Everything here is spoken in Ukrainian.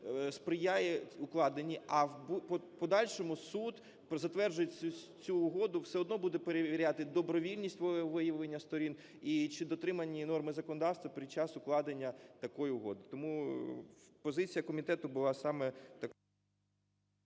сприяє укладенню, а в подальшому суд при затвердженні цієї угоди все одно буде перевіряти добровільність виявлення сторін, і чи дотриманні норми законодавства під час укладення такої угоди. Тому позиція комітету була саме…